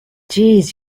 jeez